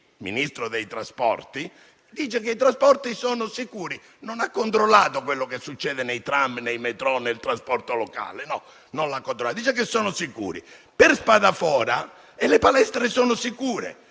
ministro dei trasporti De Micheli i trasporti sono sicuri: non ha controllato quello che succede nei tram, nelle metro e nel trasporto locale, ma dice che sono sicuri. Per Spadafora le palestre sono sicure.